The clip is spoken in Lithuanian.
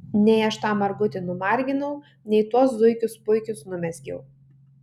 nei aš tą margutį numarginau nei tuos zuikius puikius numezgiau